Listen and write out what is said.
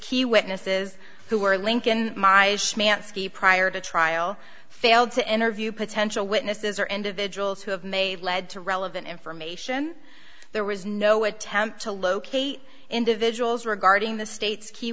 the witnesses who were link in my prior to trial failed to interview potential witnesses or individuals who have made lead to relevant information there was no attempt to locate individuals regarding the state's key